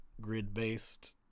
grid-based